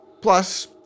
Plus